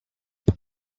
are